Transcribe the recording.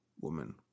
woman